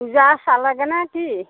পূজা চালাগৈ নে কি